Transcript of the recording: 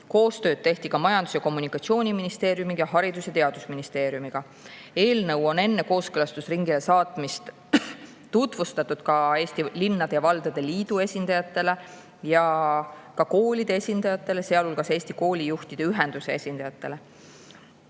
Koostööd tehti ka Majandus- ja Kommunikatsiooniministeeriumi ning Haridus- ja Teadusministeeriumiga. Eelnõu on enne kooskõlastusringile saatmist tutvustatud ka Eesti Linnade ja Valdade Liidu esindajatele ja koolide esindajatele, sealhulgas Eesti Koolijuhtide Ühenduse esindajatele.